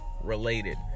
related